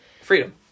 Freedom